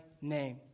name